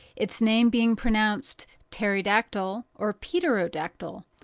its name being pronounced terry dactyl or peter o'dactyl,